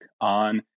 on